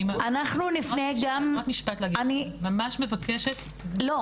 אני רוצה להבין מה זה